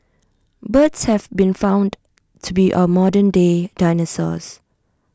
birds have been found to be our modern day dinosaurs